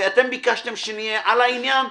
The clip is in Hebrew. אתם ביקשתם שנהיה "על העניין".